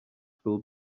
will